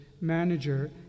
manager